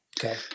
Okay